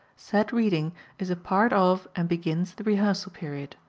said reading is a part of and begins the rehearsal period.